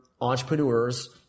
entrepreneurs